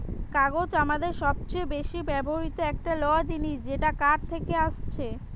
কাগজ আমাদের সবচে বেশি ব্যবহৃত একটা ল জিনিস যেটা কাঠ থেকে আসছে